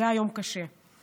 זה היה יום קשה ומטלטל.